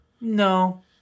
No